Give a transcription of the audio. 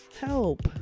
help